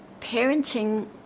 parenting